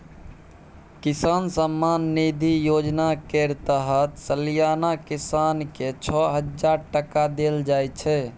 किसान सम्मान निधि योजना केर तहत सलियाना किसान केँ छअ हजार टका देल जाइ छै